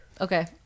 Okay